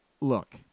look